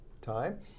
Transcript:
time